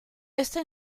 esta